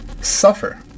suffer